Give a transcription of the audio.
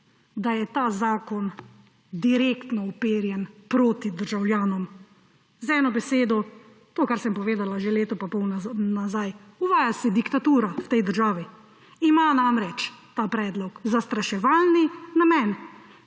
da je ta zakon direktno uperjen proti državljanom; z eno besedo, to, kar sem povedala že leto in pol nazaj, uvaja se diktatura v tej državi. Ima namreč ta predlog zastraševalni namen.